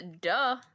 duh